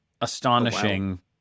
astonishing